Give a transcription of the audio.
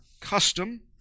custom